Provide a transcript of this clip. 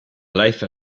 life